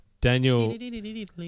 Daniel